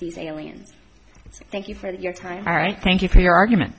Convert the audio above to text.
these aliens thank you for your time all right thank you for your argument